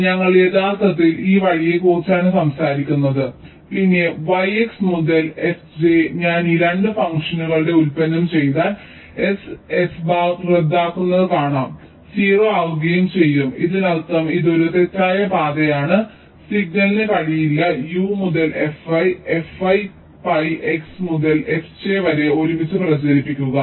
അതിനാൽ ഞങ്ങൾ യഥാർത്ഥത്തിൽ ഈ വഴിയെക്കുറിച്ചാണ് സംസാരിക്കുന്നത് പിന്നെ yx മുതൽ fj ഞാൻ ഈ 2 ഫംഗ്ഷനുകളുടെ ഉൽപ്പന്നം ചെയ്താൽ s s ബാർ റദ്ദാക്കുന്നത് കാണാം 0 ആകുകയും ചെയ്യും ഇതിനർത്ഥം ഇതൊരു തെറ്റായ പാതയാണ് സിഗ്നലിന് കഴിയില്ല u മുതൽ fi fi pi x മുതൽ fj വരെ ഒരുമിച്ച് പ്രചരിപ്പിക്കുക